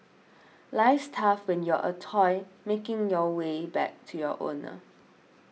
life's tough when you're a toy making your way back to your owner